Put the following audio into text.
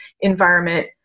environment